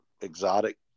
exotic